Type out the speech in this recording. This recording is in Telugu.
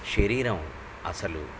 శరీరం అసలు